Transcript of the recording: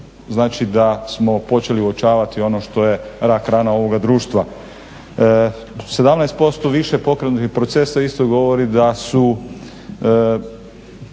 znači da smo počeli uočavati ono što je rak rana ovoga društva. 17% više pokrenutih procesa isto govori da su